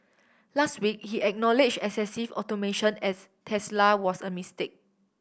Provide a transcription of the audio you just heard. last week he acknowledge excessive automation at Tesla was a mistake